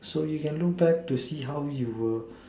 so you can look back to see how you were